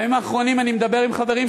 בימים האחרונים אני מדבר עם חברים,